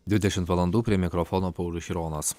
dvidešimt valandų prie mikrofono paulius šironas